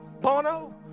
Bono